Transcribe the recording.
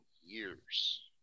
years